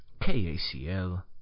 KACL